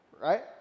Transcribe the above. right